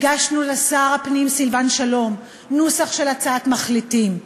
הגשנו לשר הפנים סילבן שלום נוסח של הצעת מחליטים,